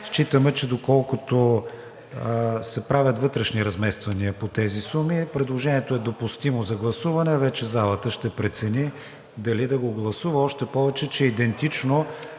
Считаме, че доколкото се правят вътрешни размествания по тези суми, предложението е допустимо за гласуване. Вече залата ще прецени дали да го гласува. Още повече че е идентично